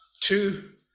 two